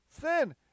sin